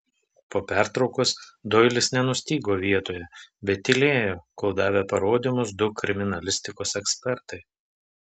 po pertraukos doilis nenustygo vietoje bet tylėjo kol davė parodymus du kriminalistikos ekspertai